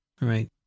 right